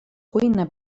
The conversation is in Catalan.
cuina